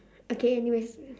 okay anyways